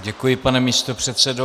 Děkuji, pane místopředsedo.